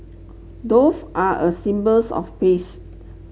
doves are a symbols of peace